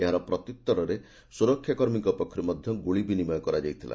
ଏହାର ପ୍ରତ୍ୟୁଭରରେ ସୁରକ୍ଷା କର୍ମୀଙ୍କ ପକ୍ଷରୁ ମଧ୍ଧ ଗୁଳି ବିନିମୟ କରାଯାଇଥିଲା